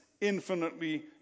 infinitely